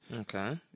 Okay